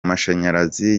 mashanyarazi